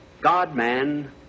God-man